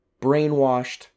brainwashed